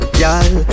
girl